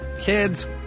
Kids